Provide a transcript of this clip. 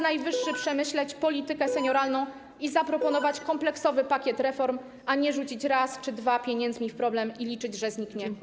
Najwyższy czas przemyśleć politykę senioralną i zaproponować kompleksowy pakiet reform - a nie rzucić raz czy dwa pieniędzmi w problem i liczyć, że sam zniknie.